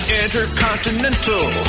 intercontinental